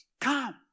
Come